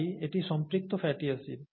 তাই এটি সম্পৃক্ত ফ্যাটি অ্যাসিড